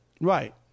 Right